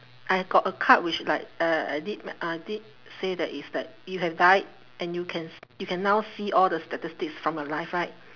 I got a card which like uh I did I did say that it's like you have died and you can s~ you can now see all the statistics from your life right